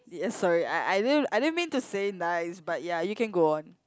yes sorry I I didn't I didn't mean to say nice but ya you can go on